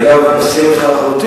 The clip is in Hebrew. אני, אגב, מסכים אתך לחלוטין.